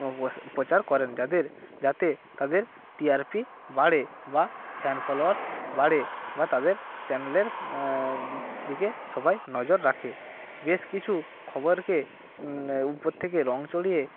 অবশ প্রচার করেন যাদের যাতে তাদের টি আর পি বাড়ে বা ফ্যান ফলোয়ার্স বাড়ে বা তাদের চ্যানেলের দিকে সবাই নজর রাখে বেশ কিছু খবরকে উপর থেকে রঙ চড়িয়ে